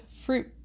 fruit